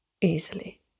Easily